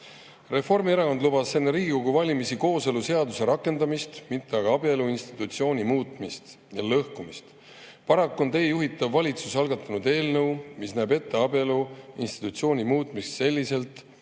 Reformierakond lubas enne Riigikogu valimisi kooseluseaduse rakendamist, mitte aga abielu institutsiooni muutmist ja lõhkumist. Paraku on teie juhitav valitsus algatanud eelnõu, mis näeb ette abielu institutsiooni muutmise selliselt,